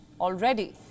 Already